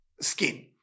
Skin